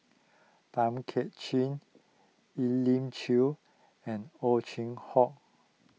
Tay Kay Chin Elim Chew and Ow Chin Hock